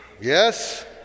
Yes